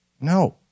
No